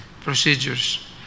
procedures